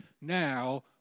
Now